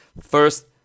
First